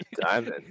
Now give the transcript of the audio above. diamond